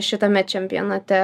šitame čempionate